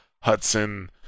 Hudson